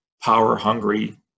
power-hungry